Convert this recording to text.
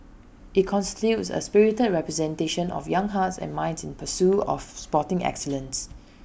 IT constitutes A spirited representation of young hearts and minds in pursuit of sporting excellence